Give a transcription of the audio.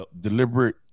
deliberate